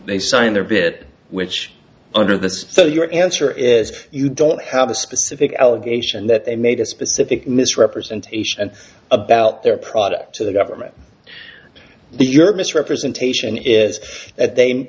they signed their bit which under the so your answer is you don't have a specific allegation that they made a specific misrepresentation and about their product to the government the your misrepresentation is that they